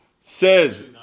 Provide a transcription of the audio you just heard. says